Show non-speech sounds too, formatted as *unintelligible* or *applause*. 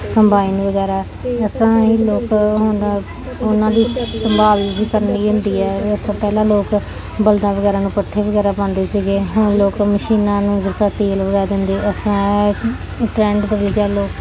combine ਵਗੈਰਾ ਇਸ ਤਰ੍ਹਾਂ ਹੀ ਲੋਕ ਹੁਣ ਉਹਨਾਂ ਦੀ ਸੰਭਾਲ ਵੀ ਕਰਨੀ ਹੁੰਦੀ ਹੈ ਜਿਸ ਤਰ੍ਹਾਂ ਪਹਿਲਾਂ ਲੋਕ ਬਲਦਾਂ ਵਗੈਰਾ ਨੂੰ ਪੱਠੇ ਵਗੈਰਾ ਪਾਉਂਦੇ ਸੀਗੇ ਹੁਣ ਲੋਕ ਮਸ਼ੀਨਾਂ ਨੂੰ *unintelligible* ਤੇਲ ਲਗਾ ਦਿੰਦੇ ਇਸ ਤਰ੍ਹਾਂ ਟ੍ਰੈਂਡ ਬਦਲ ਗਿਆ ਲੋਕ